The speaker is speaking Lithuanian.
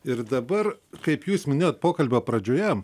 ir dabar kaip jūs minėjot pokalbio pradžioje